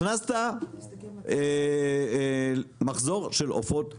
הכנסת מחזור של עופות ללול.